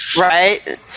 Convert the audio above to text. Right